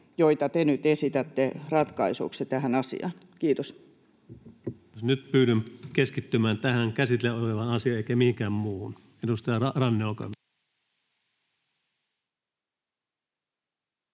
joita te nyt esitätte ratkaisuksi tähän asiaan. — Kiitos. Nyt pyydän keskittymään tähän käsiteltävänä olevaan asiaan, eikä mihinkään muuhun. — Edustaja Ranne, olkaa